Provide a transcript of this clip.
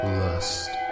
lust